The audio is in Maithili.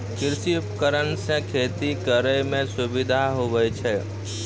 कृषि उपकरण से खेती करै मे सुबिधा हुवै छै